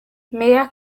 meya